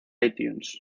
itunes